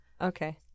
Okay